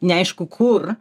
neaišku kur